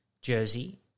jersey